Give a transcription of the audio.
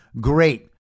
great